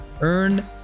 Earn